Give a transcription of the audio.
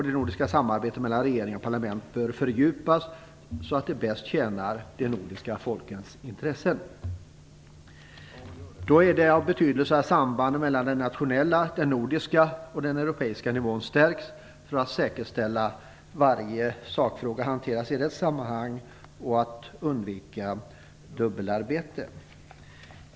Det nordiska samarbetet mellan regeringar och parlament bör fördjupas så att det bäst tjänar de nordiska folkens intressen. Då är det av betydelse att sambanden mellan den nationella, den nordiska och den europeiska nivån stärks för att säkerställa att varje sakfråga hanteras i rätt sammanhang och för att undvika dubbelarbete.